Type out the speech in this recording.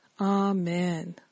Amen